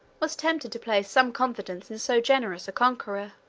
was tempted to place some confidence in so generous a conqueror.